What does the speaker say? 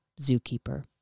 zookeeper